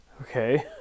okay